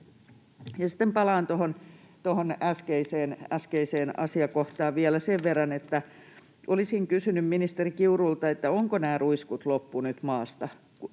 Sitten palaan tuohon äskeiseen asiakohtaan vielä sen verran, että olisin kysynyt ministeri Kiurulta, ovatko nämä ruiskut loppu nyt maasta.